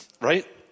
Right